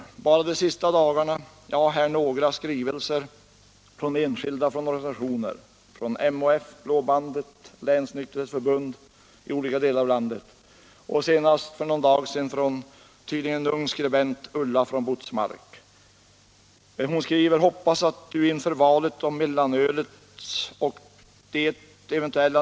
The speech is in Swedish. Jag har bara under de senaste dagarna fått många skrivelser — jag har några här — från enskilda och från organisationer i olika delar av landet: MHF, Blå bandet, Länsnykterhetsförbundet. För någon dag sedan fick jag ett brev från en ung skribent, Ulla från Botsmark, där hon skriver: ”Hoppas att Du inför valet om mellanölets och det ev.